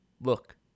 look